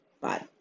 Bye